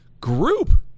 group